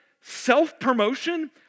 self-promotion